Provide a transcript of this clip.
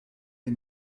les